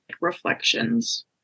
reflections